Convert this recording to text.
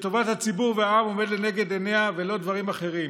שטובת הציבור והעם עומדת לנגד עיניה ולא דברים אחרים.